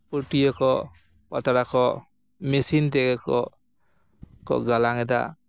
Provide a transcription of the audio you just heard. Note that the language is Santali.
ᱯᱟᱹᱴᱭᱟᱹ ᱠᱚ ᱯᱟᱛᱲᱟ ᱠᱚ ᱢᱮᱥᱤᱱ ᱛᱮᱜᱮ ᱠᱚ ᱜᱟᱞᱟᱝ ᱮᱫᱟ